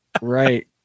right